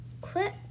quit